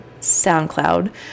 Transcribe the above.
SoundCloud